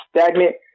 stagnant